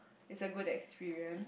it's a good experience